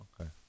Okay